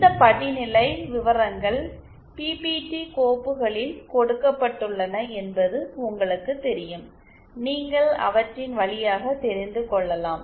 இந்த படிநிலை விவரங்கள் பிபிடி கோப்புகளில் கொடுக்கப்பட்டுள்ளன என்பது உங்களுக்குத் தெரியும் நீங்கள் அவற்றின் வழியாக தெரிந்து கொள்ளலாம்